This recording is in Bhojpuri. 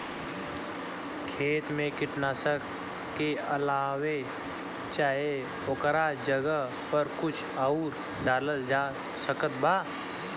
खेत मे कीटनाशक के अलावे चाहे ओकरा जगह पर कुछ आउर डालल जा सकत बा?